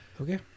Okay